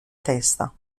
testa